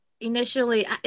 initially